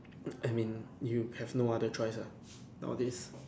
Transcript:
I mean you have no other choice ah nowadays